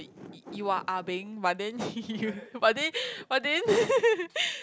you are ah beng but then you but then but then